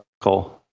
cole